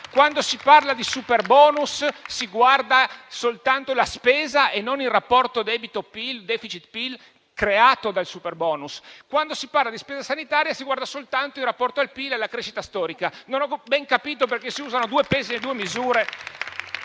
quando si parla di superbonus, si guarda soltanto la spesa e non il rapporto debito-PIL e *deficit*-PIL creato dal superbonus; quando invece si parla di spesa sanitaria, si guarda soltanto in rapporto al PIL e alla crescita storica. Non ho ben capito perché si usano due pesi e due misure